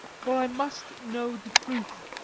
for i must know the truth.